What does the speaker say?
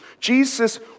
Jesus